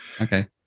Okay